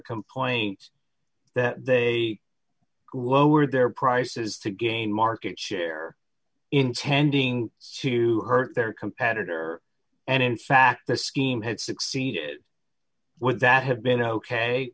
complaint that they lower their prices to gain market share or intending to hurt their competitor and in fact the scheme had succeeded with that have been ok